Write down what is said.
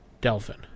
Delphin